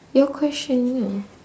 your question ah